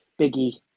Biggie